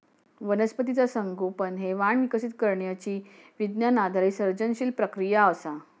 वनस्पतीचा संगोपन हे वाण विकसित करण्यची विज्ञान आधारित सर्जनशील प्रक्रिया असा